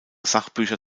sachbücher